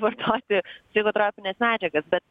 vartoti psichotropines medžiagas bet